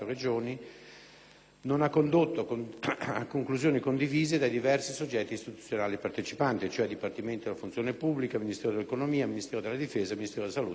non ha condotto a conclusioni condivise dai diversi soggetti istituzionali partecipanti (Dipartimento della funzione pubblica, Ministero dell'economia, Ministero della difesa, Ministero della salute, Regioni);